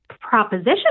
proposition